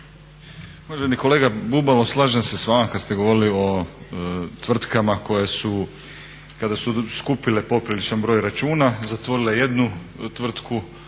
Uvaženi kolega Bubalo slažem se s vama kada ste govorili o tvrtkama koje su kada su skupile popriličan broj računa zatvorile jednu tvrtku,